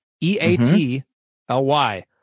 E-A-T-L-Y